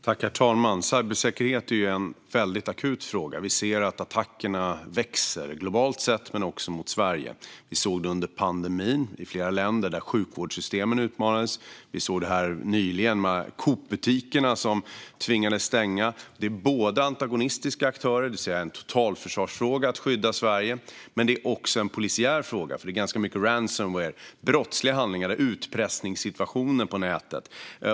Herr talman! Cybersäkerhet är en väldigt akut fråga. Vi ser att attackerna ökar globalt sett men också mot Sverige. Vi såg det under pandemin i flera länder där sjukvårdssystemen utmanades. Vi såg nyligen hur Coopbutikerna tvingades stänga. Det handlar om antagonistiska aktörer, vilket innebär att det är en totalförsvarsfråga att skydda Sverige. Men det är också en polisiär fråga, för det rör sig om ganska mycket ransomware och brottsliga handlingar med utpressningssituationer på nätet.